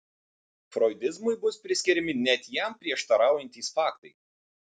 froidizmui bus priskiriami net jam prieštaraujantys faktai